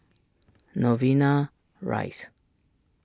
Novena Rise